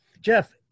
Jeff